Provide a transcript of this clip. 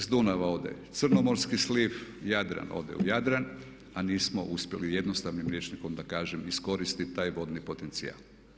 S Dunava ode Crnomorski sliv, Jadran ode u Jadran a nismo uspjeli jednostavnim rječnikom da kažem iskoristiti taj vodni potencijal.